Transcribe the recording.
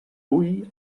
hui